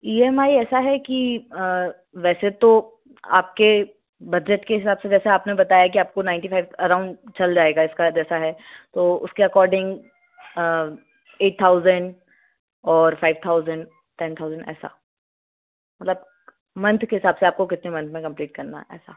E M I ऐसा है कि वैसे तो आप के बजट के हिसाब से जैसा आपने बताया कि आप को नाइन्टी फाइव अराउंड चल जाएगा इसका जैसा है तो उसके अकॉर्डिंग ऐट थाउजेंड और फाइव थाउजेंड टेन थाउजेंड ऐसा मतलब मन्थ के हिसाब से आप को कितने मन्थ में कम्प्लीट करना है ऐसा